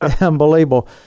unbelievable